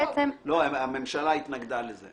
הממשלה התנגדה לזה.